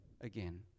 again